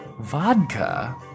vodka